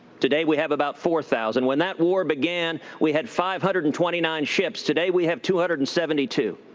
today, we have about four thousand. when that war began, we had five hundred and twenty nine ships. today, we have two hundred and seventy two.